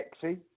sexy